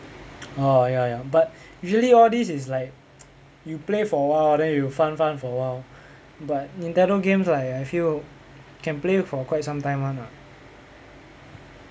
oh ya ya but usually all these is like you play for a while then you fun fun for a while but nintendo games like I feel can play for quite some time [one] ah